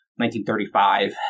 1935